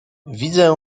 widzę